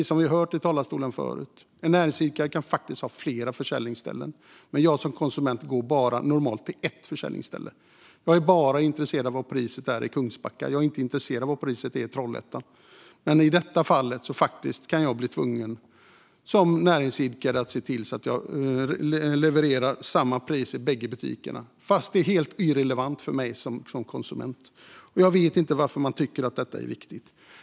Som vi hört här tidigare kan en näringsidkare faktiskt ha flera försäljningsställen, men jag som konsument går normalt bara till ett försäljningsställe. Jag är bara intresserad av vad priset är i Kungsbacka. Jag är inte intresserad av vad priset är i Trollhättan. Men i detta fall kan näringsidkaren bli tvungen att leverera samma pris i bägge butikerna trots att det är helt irrelevant för mig som konsument. Jag vet inte varför man tycker att detta är viktigt.